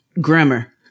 grammar